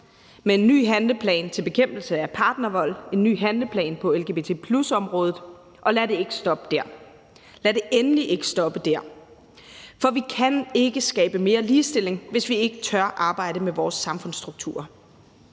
med en ny handleplan til bekæmpelse af partnervold og en ny handleplan på lgbt+-området. Og lad det ikke stoppe dér – lad det endelig ikke stoppe dér. For vi kan ikke skabe mere ligestilling, hvis ikke vi tør arbejde med vores samfundsstrukturer.